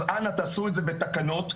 אז אנא תעשו את זה בתקנות,